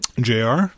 JR